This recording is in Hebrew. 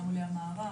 גם עולי המערב,